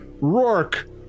Rourke